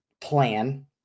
plan